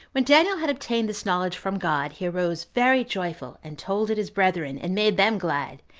when daniel had obtained this knowledge from god, he arose very joyful, and told it his brethren, and made them glad,